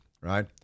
right